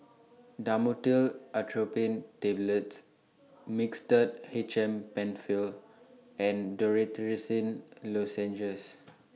Dhamotil Atropine Tablets Mixtard H M PenFill and Dorithricin Lozenges